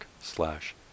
slash